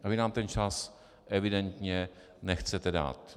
A vy nám ten čas evidentně nechcete dát.